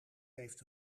heeft